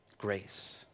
grace